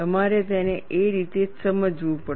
તમારે તેને એ રીતે જ સમજવું પડશે